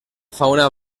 fauna